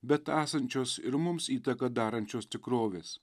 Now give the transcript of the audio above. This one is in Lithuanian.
bet esančios ir mums įtaką darančios tikrovės